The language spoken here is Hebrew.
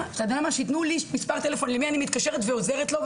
שיתנו לי מספר טלפון למי אני מתקשרת ועוזרת לו.